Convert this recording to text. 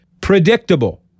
predictable